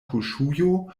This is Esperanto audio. kuŝujo